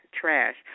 trash